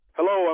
Hello